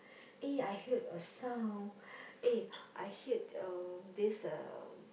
eh I heard a sound eh I heard uh this uh